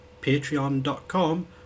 patreon.com